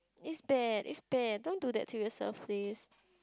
is bad is bad don't do that to yourself please